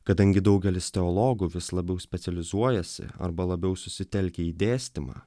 kadangi daugelis teologų vis labiau specializuojasi arba labiau susitelkia į dėstymą